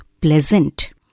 pleasant